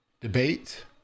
debate